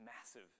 massive